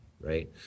right